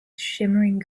shimmering